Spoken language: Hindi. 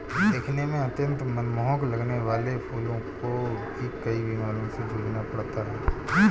दिखने में अत्यंत मनमोहक लगने वाले फूलों को भी कई बीमारियों से जूझना पड़ता है